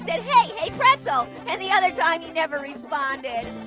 and hey, hey pretzel, and the other time he never responded.